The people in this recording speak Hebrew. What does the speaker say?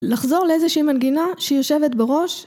לחזור לאיזושהי מנגינה שיושבת בראש